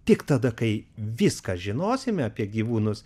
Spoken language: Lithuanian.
tik tada kai viską žinosime apie gyvūnus